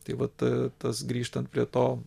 tai vat tas grįžtant prie to